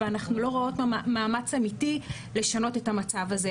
ואנחנו לא רואות מאמץ אמיתי לשנות את המצב הזה.